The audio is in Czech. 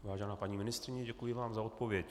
Vážená paní ministryně, děkuji vám za odpověď.